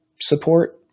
support